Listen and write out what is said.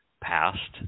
past